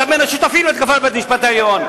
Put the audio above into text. אתה בין השותפים להתקפה על בית-המשפט העליון,